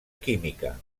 química